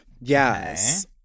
Yes